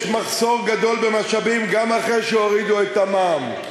יש מחסור גדול במשאבים גם אחרי שהורידו את המע"מ.